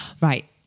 Right